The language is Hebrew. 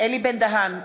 אלי בן-דהן,